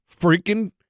freaking